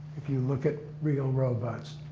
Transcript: if you look at real robots.